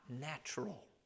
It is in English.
natural